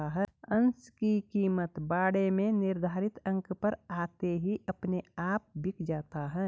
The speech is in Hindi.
अंश की कीमत बाड़े में निर्धारित अंक पर आते ही अपने आप बिक जाता है